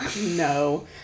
No